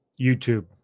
YouTube